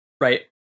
right